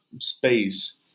space